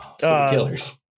killers